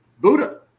Buddha